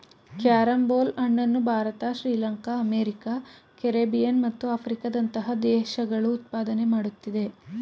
carrom ಬೋಲ್ ಹಣ್ಣನ್ನು Bharat Sri Lanka America Caribbean ಮತ್ತು ಆಫ್ರಿಕಾದಂತಹ ದೇಶಗಳು ಉತ್ಪಾದನೆ ಮಾಡುತ್ತಿದೆ